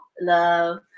love